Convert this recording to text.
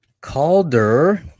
Calder